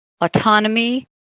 autonomy